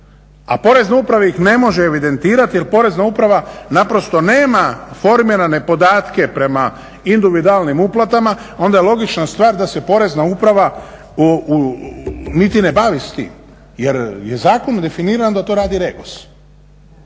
a Porezna uprava ih ne može evidentirati, jer Porezna uprava naprosto nema formirane podatke prema individualnim uplatama. Onda je logična stvar da se Porezna uprava niti ne bavi s tim, jer je zakonom definirano da to radi REGOS.